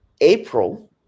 April